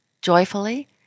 joyfully